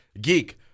Geek